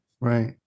right